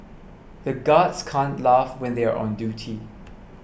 the guards can't laugh when they are on duty